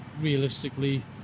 realistically